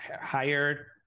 hired